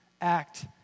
act